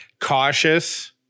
Cautious